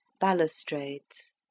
balustrades